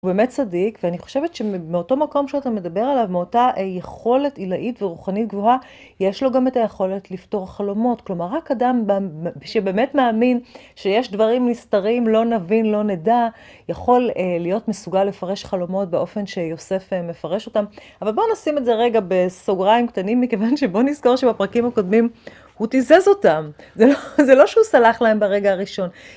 הוא באמת צדיק, ואני חושבת שמאותו מקום שאתה מדבר עליו, מאותה יכולת עילאית ורוחנית גבוהה, יש לו גם את היכולת לפתור חלומות. כלומר, רק אדם שבאמת מאמין שיש דברים נסתרים, לא נבין, לא נדע, יכול להיות מסוגל לפרש חלומות באופן שיוסף מפרש אותם. אבל בואו נשים את זה רגע בסוגריים קטנים, מכיוון שבואו נזכור שהפרקים הקודמים הוא תיזז אותם. זה לא שהוא סלח להם ברגע הראשון.